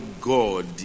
God